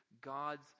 God's